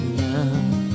love